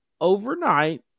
overnight